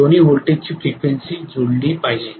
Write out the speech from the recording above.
दोन्ही व्होल्टेजची फ्रिक्वेन्सी जुळली पाहिजे